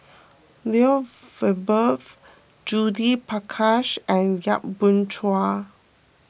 Lloyd Valberg Judith Prakash and Yap Boon Chuan